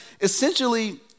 essentially